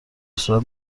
صورت